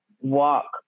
walk